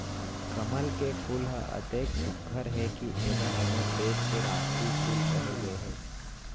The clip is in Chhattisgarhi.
कमल के फूल ह अतेक सुग्घर हे कि एला हमर देस के रास्टीय फूल कहे गए हे